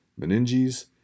meninges